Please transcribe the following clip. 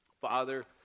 Father